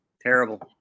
Terrible